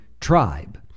tribe